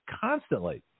constantly